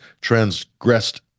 transgressed